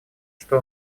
что